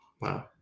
Wow